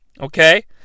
Okay